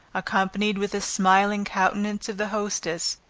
accompanied with the smiling countenance of the hostess,